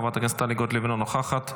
חברת הכנסת טלי גוטליב - אינה נוכחת,